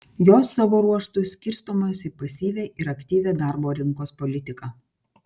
jos savo ruožtu skirstomos į pasyvią ir aktyvią darbo rinkos politiką